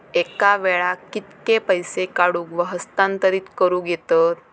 एका वेळाक कित्के पैसे काढूक व हस्तांतरित करूक येतत?